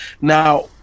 Now